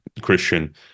Christian